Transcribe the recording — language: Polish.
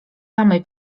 samej